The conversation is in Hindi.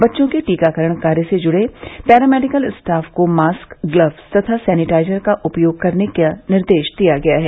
बच्चों के टीकाकरण कार्य र्स जुड़े पैरामेडिकल स्टाफ को मास्क ग्लव्स तथा सेनिटाइजर का उपयोग करने का निर्देश दिया गया है